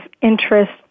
interest